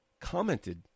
commented